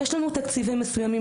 יש לנו תקציבים מסוימים,